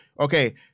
Okay